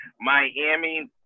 Miami